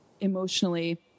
emotionally